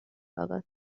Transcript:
فقط